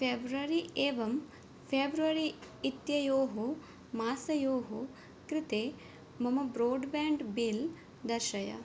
February एवं February एत्येतयोः मासयोः कृते मम ब्रोड्बाण्ड् बिल् दर्शय